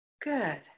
Good